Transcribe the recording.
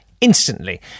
instantly